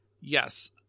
Yes